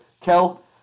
Kel